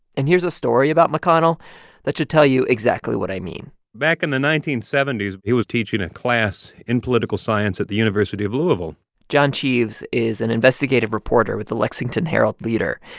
and here's a story about mcconnell that should tell you exactly what i mean back in the nineteen seventy s, he was teaching a class in political science at the university of louisville john cheves is an investigative reporter with the lexington herald-leader.